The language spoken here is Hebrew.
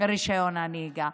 רישיון הנהיגה.